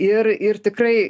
ir ir tikrai